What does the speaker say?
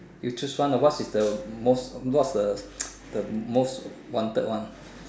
you choose one ah what is the most what's the the most wanted one